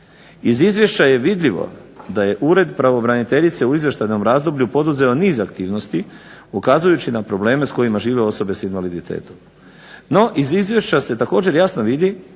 Iz izvješća je vidljivo da je ured pravobraniteljice u izvještajnom razdoblju poduzeo niz aktivnosti ukazujući na probleme s kojima žive osobe s invaliditetom. No iz izvješća se također jasno vidi